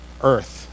earth